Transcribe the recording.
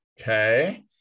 Okay